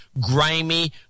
grimy